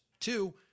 Two